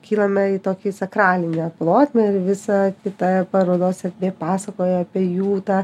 kylame į tokį sakralinę plotmę ir visa kita parodos erdvė pasakoja apie jų tą